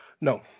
No